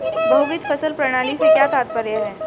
बहुविध फसल प्रणाली से क्या तात्पर्य है?